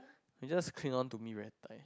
you'll just cling on to me very tight